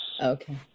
Okay